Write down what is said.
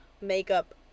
makeup